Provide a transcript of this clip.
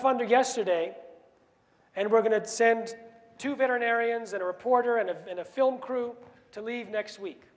funding yesterday and we're going to send two veterinarians and a reporter and of and a film crew to leave next week